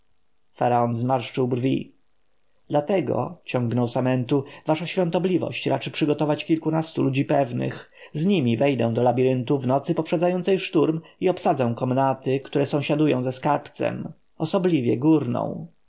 zmarszczył brwi dlatego ciągnął samentu wasza świątobliwość raczy przygotować kilkunastu ludzi pewnych z nimi wejdę do labiryntu w nocy poprzedzającej szturm i obsadzę komnaty które sąsiadują ze skarbcem osobliwie górną